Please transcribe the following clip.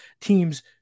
teams